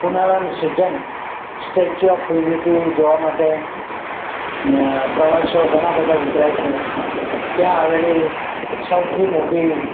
ઉનાળાની season Statue of Unity જોવા માટે પ્રવાસીઓ ઘણાં બધાં ઉતરે છે ત્યાં આવેલી સૌથી મોટી